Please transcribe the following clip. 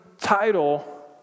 Title